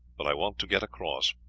but i want to get across.